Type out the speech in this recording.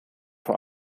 vor